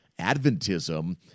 Adventism